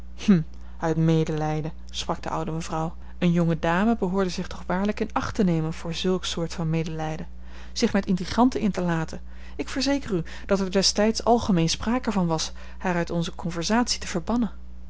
uit medelijden sprak de oude mevrouw eene jonge dame behoorde zich toch waarlijk in acht te nemen voor zulk soort van medelijden zich met intriganten in te laten ik verzeker u dat er destijds algemeen sprake van was haar uit onze conversatie te verbannen